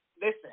listen